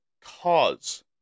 CAUSE